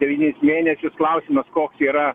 devynis mėnesius klausimas koks yra